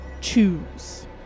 Choose